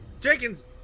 Jenkins